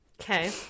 Okay